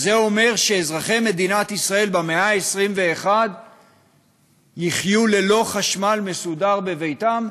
אז זה אומר שאזרחי מדינת ישראל במאה ה-21 יחיו ללא חשמל מסודר בביתם?